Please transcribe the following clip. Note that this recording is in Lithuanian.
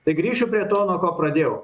tai grįšiu prie to nuo ko pradėjau